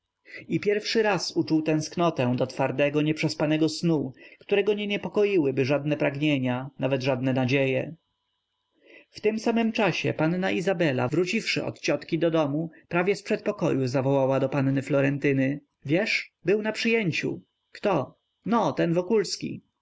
i pierwszy raz uczuł tęsknotę do twardego nieprzespanego snu którego nie niepokoiłyby żadne pragnienia nawet żadne nadzieje w tym samym czasie panna izabela wróciwszy od ciotki do domu prawie z przedpokoju zawołała do panny florentyny wiesz był na przyjęciu kto no ten wokulski